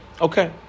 Okay